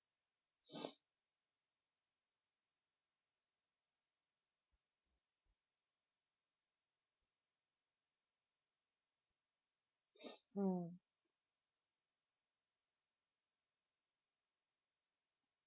mm